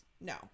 No